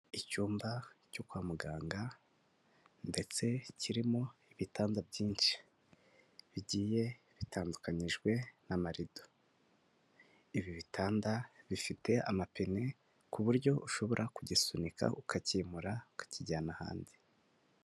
Icyumba cyo kwa muganga ndetse kirimo ibitanda byinshi bigiye bitandukanyijwe n'amarido, ibi bitanda bifite amapine ku buryo ushobora kugisunika ukacyimura ukakijyana hanze.